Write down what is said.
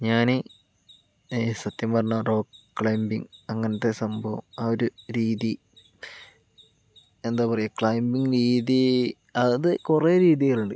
ഞാൻ സത്യം പറഞ്ഞാൽ റോക്ക് ക്ലൈമ്പിംഗ് അങ്ങനത്തെ സംഭവം ആ ഒരു രീതി എന്താ പറയുക ക്ലൈമ്പിംഗ് രീതി അത് കുറേ രീതികളുണ്ട്